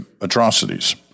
atrocities